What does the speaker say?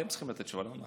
אתם צריכים לתת תשובה.